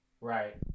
Right